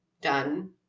done